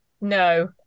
no